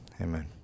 Amen